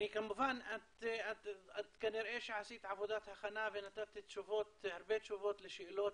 כמובן את כנראה עשית עבודת הכנה ונתת הרבה תשובות לשאלות